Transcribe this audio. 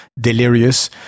delirious